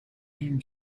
and